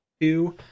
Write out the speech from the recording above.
two